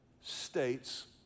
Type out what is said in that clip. States